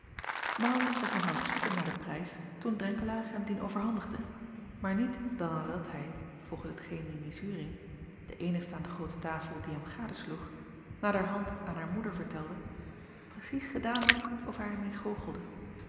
aurits was nog aan t zoeken naar den prijs toen renkelaer hem dien overhandigde maar niet dan nadat hij volgens hetgeen imi uring de eenigste aan de groote tafel die hem gadesloeg naderhand aan haar moeder vertelde precies gedaan had of hij er